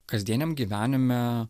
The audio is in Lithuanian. kasdieniam gyvenime